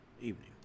evening